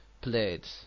played